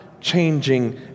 changing